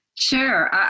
Sure